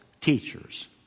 teachers